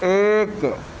ایک